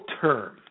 term